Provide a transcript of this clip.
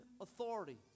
authority